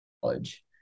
college